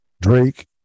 Drake